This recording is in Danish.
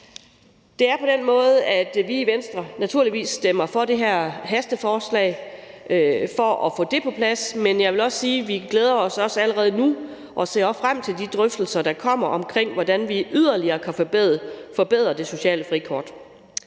Det er på den måde, at vi i Venstre naturligvis stemmer for det her hastelovforslag for at få det på plads. Men jeg vil også sige, at vi allerede nu glæder os og ser frem til de drøftelser, der kommer, om, hvordan vi yderligere kan forbedre det sociale frikort.